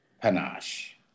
panache